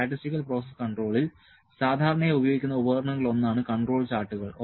statistical process കൺട്രോളിൽ സാധാരണയായി ഉപയോഗിക്കുന്ന ഉപകരണങ്ങളിലൊന്നാണ് കൺട്രോൾ ചാർട്ടുകൾ